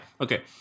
okay